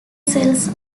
cells